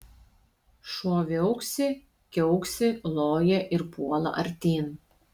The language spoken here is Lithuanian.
šuo viauksi kiauksi loja ir puola artyn